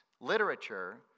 literature